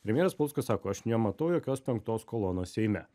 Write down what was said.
premjeras paluckas sako aš nematau jokios penktos kolonos seime